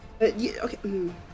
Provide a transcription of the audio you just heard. Okay